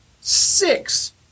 six